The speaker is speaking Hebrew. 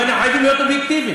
ואנחנו חייבים להיות אובייקטיביים.